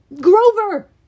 Grover